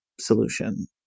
solution